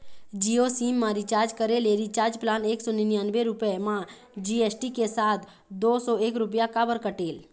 Jio sim मा recharge करे ले रिचार्ज प्लान एक सौ निन्यानबे रुपए मा जी.एस.टी के साथ दो सौ एक रुपया काबर कटेल?